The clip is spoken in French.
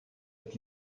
est